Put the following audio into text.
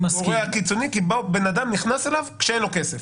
קיצוני כי בן אדם נכנס אליו כשאין לו כסף,